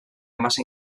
massa